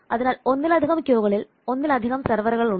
അതിനാൽ ഒന്നിലധികം ക്യൂകളിൽ ഒന്നിലധികം സെർവറുകൾ ഉണ്ട്